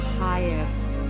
highest